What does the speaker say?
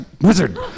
wizard